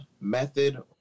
method